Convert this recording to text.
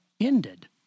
ended